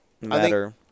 matter